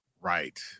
Right